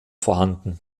vorhanden